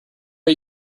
are